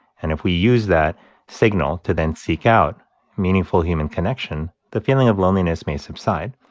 and if we use that signal to then seek out meaningful human connection, the feeling of loneliness may subside.